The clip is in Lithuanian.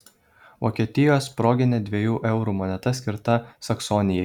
vokietijos proginė dviejų eurų moneta skirta saksonijai